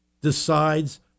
decides